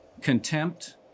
contempt